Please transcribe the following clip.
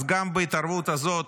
אז גם בהתערבות הזאת,